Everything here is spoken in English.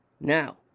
Now